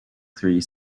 three